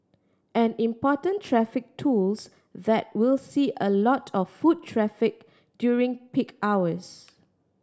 an important traffic tools that will see a lot of foot traffic during peak hours